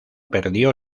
perdió